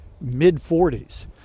mid-40s